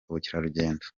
ubukerarugendo